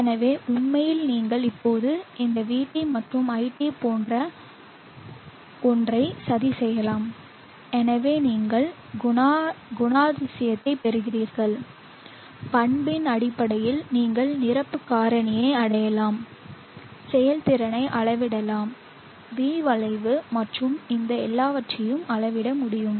எனவே உண்மையில் நீங்கள் இப்போது இந்த VT மற்றும் iT போன்ற ஒன்றை சதி செய்யலாம் எனவே நீங்கள் குணாதிசயத்தைப் பெறுவீர்கள் பண்பின் அடிப்படையில் நீங்கள் நிரப்பு காரணியை அளவிடலாம் செயல்திறனை அளவிடலாம் V வளைவு மற்றும் இந்த எல்லாவற்றையும் அளவிட முடியும்